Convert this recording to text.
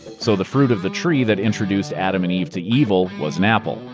so the fruit of the tree that introduced adam and eve to evil was an apple.